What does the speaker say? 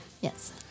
Yes